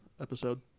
episode